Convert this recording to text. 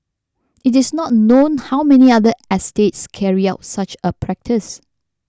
it is not known how many other estates carried out such a practice